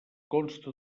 consta